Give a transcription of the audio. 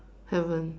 haven't